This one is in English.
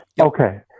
Okay